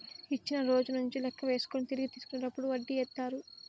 ఇచ్చిన రోజు నుంచి లెక్క వేసుకొని తిరిగి తీసుకునేటప్పుడు వడ్డీ ఏత్తారు